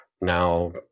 Now